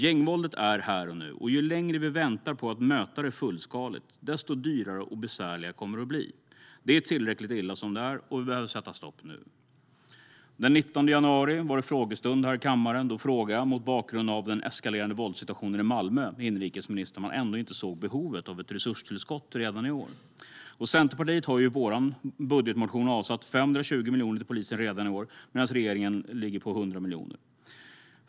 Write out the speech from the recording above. Gängvåldet är här och nu, och ju längre vi väntar på att möta det fullskaligt, desto dyrare och besvärligare kommer det att bli. Det är tillräckligt illa som det är, och vi behöver sätta stopp nu. Den 19 januari var det frågestund här i kammaren. Då frågade jag inrikesministern om han mot bakgrund av den eskalerande våldssituationen i Malmö ändå inte såg behovet av ett resurstillskott redan i år. Centerpartiet har i vår budgetmotion avsatt 520 miljoner till polisen redan i år, medan regeringen ligger på 100 miljoner.